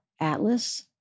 Atlas